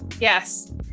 Yes